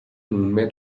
nunmehr